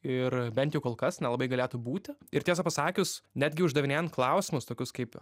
ir bent jau kol kas nelabai galėtų būti ir tiesą pasakius netgi uždavinėjant klausimus tokius kaip